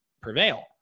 prevail